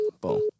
boom